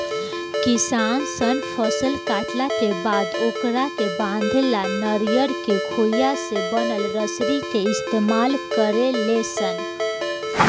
किसान सन फसल काटला के बाद ओकरा के बांधे ला नरियर के खोइया से बनल रसरी के इस्तमाल करेले सन